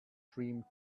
dream